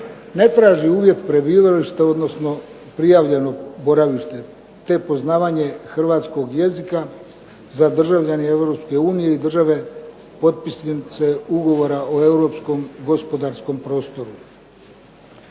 ne traži uvjet prebivališta, odnosno prijavljeno boravište te poznavanje hrvatskog jezika za državljane Europske unije i države potpisnice Ugovora o europskom gospodarskom prostoru.